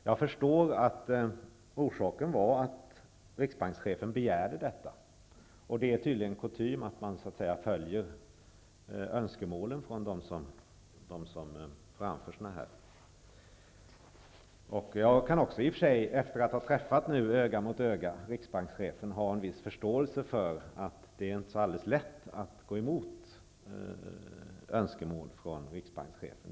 Jag förstår att orsaken var att riksbankschefen begärde det. Det är tydligen kutym att man följer önskemålen från dem som framför detta. Efter att ha träffat riksbankschefen öga mot öga kan jag ha en viss förståelse för att det inte är alldeles lätt att gå emot önskemål från riksbankschefen.